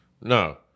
No